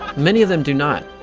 many of them do not.